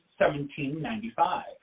1795